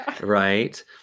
Right